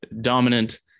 dominant